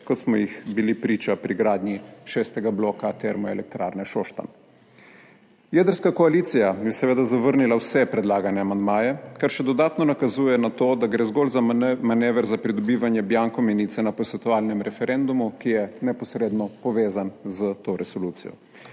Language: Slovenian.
kot smo jim bili priča pri gradnji šestega bloka Termoelektrarne Šoštanj. Jedrska koalicija je seveda zavrnila vse predlagane amandmaje, kar še dodatno nakazuje na to, da gre zgolj za manever za pridobivanje bianko menice na posvetovalnem referendumu, ki je neposredno povezan s to resolucijo.